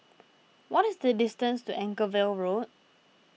what is the distance to Anchorvale Road